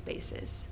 spaces